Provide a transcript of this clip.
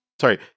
Sorry